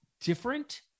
different